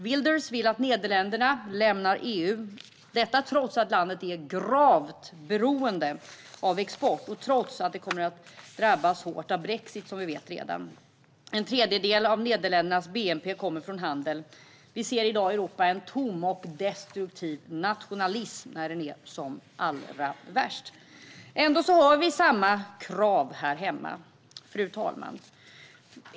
Wilders vill att Nederländerna lämnar EU - detta trots att landet är gravt beroende av export och trots att Nederländerna kommer att drabbas hårt av brexit. En tredjedel av Nederländernas bnp utgörs av handel. Vi ser i dag i Europa en tom och destruktiv nationalism när den är som allra värst. Fru talman! Ändå hör vi samma krav här hemma.